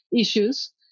issues